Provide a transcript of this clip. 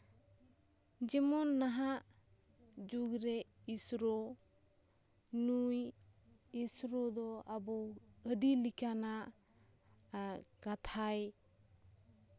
ᱡᱮᱢᱚᱱ ᱱᱟᱦᱟᱜ ᱡᱩᱜᱽ ᱨᱮ ᱤᱥᱨᱳ ᱱᱩᱭ ᱤᱥᱨᱳ ᱫᱚ ᱟᱵᱚ ᱟᱹᱰᱤ ᱞᱮᱠᱟᱱᱟᱜ ᱠᱟᱛᱷᱟᱭ